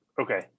Okay